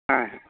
হয় হয়